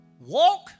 walk